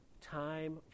Time